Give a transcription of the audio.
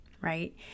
right